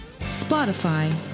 Spotify